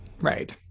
Right